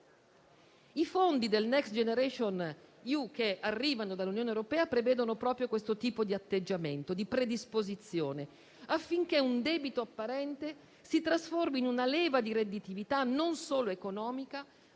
i fondi del Next generation EU che arrivano dall'Unione europea prevedono proprio questo tipo di atteggiamento, di predisposizione, affinché un debito apparente si trasformi in una leva di redditività non solo economica